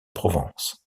provence